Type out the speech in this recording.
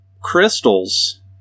crystals